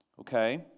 Okay